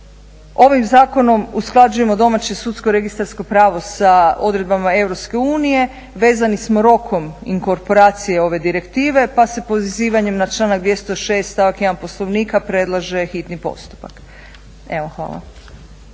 Ovim zakonom usklađujemo domaće Sudsko registarsko pravo sa odredbama Europske unije, vezani smo rokom inkorporacije ove direktive pa se pozivanjem na članak 206. stavak 1. Poslovnika predlaže hitni postupak. Evo hvala.